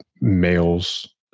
males